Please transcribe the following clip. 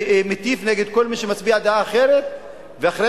ומטיף נגד כל מי שמצביע דעה אחרת ואחרי